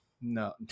No